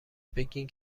بگین